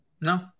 No